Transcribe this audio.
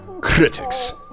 Critics